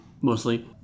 mostly